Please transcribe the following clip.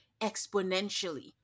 exponentially